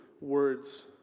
words